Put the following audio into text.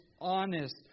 honest